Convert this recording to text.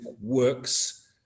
works